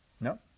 No